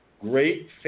great